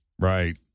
Right